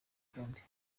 ukundi